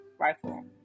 rifle